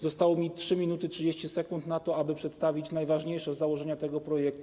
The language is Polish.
Zostały mi 3 minuty 30 sekund na to, aby przedstawić najważniejsze założenia tego projektu.